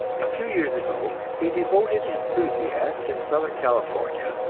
a few years ago a devoted enthusiast in southern california,